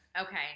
Okay